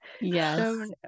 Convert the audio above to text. yes